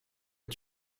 est